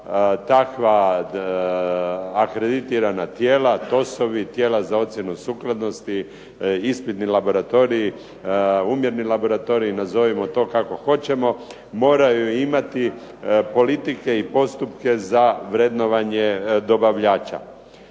takva akreditirana tijela, …, tijela za ocjenu sukladnosti, ispitni laboratoriji, umjerni laboratoriji, nazovimo to kako hoćemo, moraju imati politike i postupke za vrednovanje dobavljača.